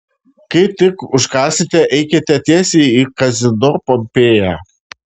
kai tik užkąsite eikite tiesiai į kazino pompėja